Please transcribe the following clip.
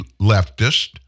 leftist